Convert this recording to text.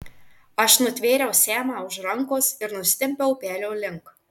aš nutvėriau semą už rankos ir nusitempiau upelio link